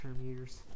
years